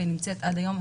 ונמצאת עד היום,